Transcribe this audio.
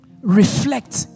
reflect